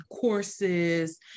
courses